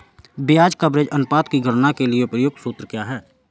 ब्याज कवरेज अनुपात की गणना के लिए प्रयुक्त सूत्र क्या है?